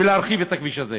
ולהרחיב את הכביש הזה.